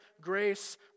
grace